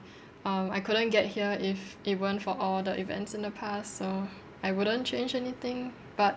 um I couldn't get here if it weren't for all the events in the past so I wouldn't change anything but